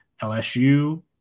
LSU